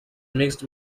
mixed